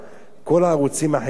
כל הערוצים האחרים שהיו,